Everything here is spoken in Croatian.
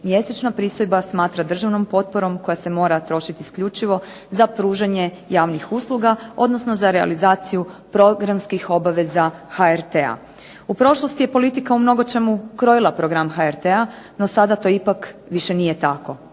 mjesečna pristojba smatra državnom potporom koja se mora trošiti isključivo za pružanje javnih usluga, odnosno za realizaciju programskih obaveza HRT-a. U prošlosti je politika u mnogočemu krojila program HRT-a no sada to ipak nije tako.